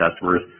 customers